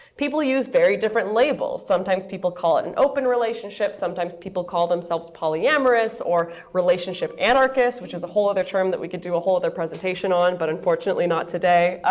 people use very different labels. sometimes people call it an open relationship. sometimes people call themselves polyamorous, or relationship anarchists, which is a whole other term that we could do a whole presentation on. but unfortunately, not today.